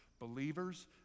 Believers